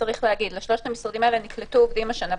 לשלושת המשרדים האלה נקלטו עובדים השנה.